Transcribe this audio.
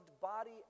body